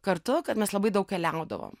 kartu mes labai daug keliaudavom